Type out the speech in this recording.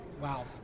Wow